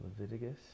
Leviticus